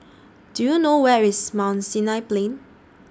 Do YOU know Where IS Mount Sinai Plain